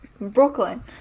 Brooklyn